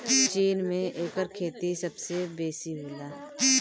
चीन में एकर खेती सबसे बेसी होला